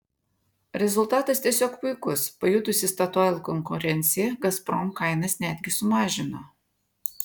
rezultatas tiesiog puikus pajutusi statoil konkurenciją gazprom kainas netgi sumažino